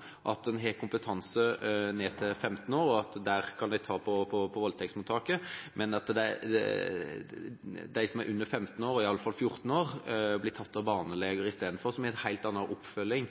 at når det gjelder barn, har man kompetanse ned til 15 år, og at de kan man motta på voldtektsmottaket, men at de som er under 15 år, og i alle fall 14 år, blir tatt hånd om av barneleger istedenfor, som har en helt annen oppfølging